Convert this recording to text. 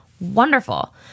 wonderful